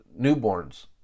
newborns